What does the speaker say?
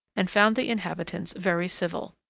and found the inhabitants very civil.